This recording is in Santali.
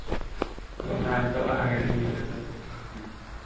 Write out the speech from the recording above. ᱚᱱᱟᱫᱚ ᱤᱭᱟᱹ